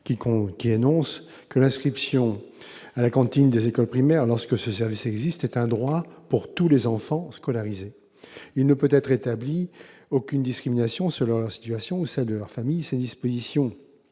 l'éducation :« L'inscription à la cantine des écoles primaires, lorsque ce service existe, est un droit pour tous les enfants scolarisés. Il ne peut être établi aucune discrimination selon leur situation ou celle de leur famille. » Ces dispositions